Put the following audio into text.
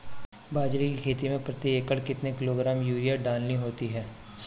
बाजरे की खेती में प्रति एकड़ कितने किलोग्राम यूरिया डालनी होती है?